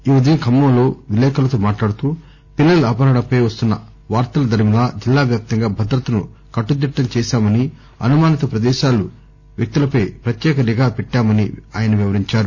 ఈ ఉదయం ఖమ్మంలో విలేకర్లతో మాట్లాడుతూ పిల్లల అపహరణపై వస్తున్న వార్తల దరిమిలా జిల్లా వ్యాప్తంగా భద్రతను కట్టుదిట్టం చేశామని అనుమానిత పదేశాలు వ్యక్తులపై పత్యేక నిఘా పెట్టామని ఆయన చెప్పారు